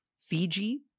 Fiji